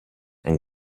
and